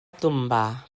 tombar